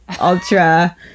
ultra